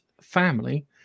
family